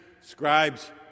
scribes